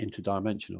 interdimensional